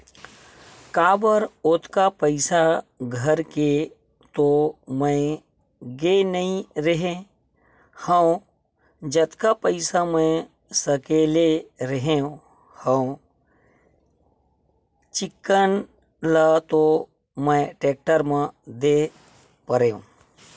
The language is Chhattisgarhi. काबर ओतका पइसा धर के तो मैय गे नइ रेहे हव जतका पइसा मै सकले रेहे हव चिक्कन ल तो मैय टेक्टर म दे परेंव